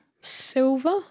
Silver